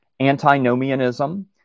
antinomianism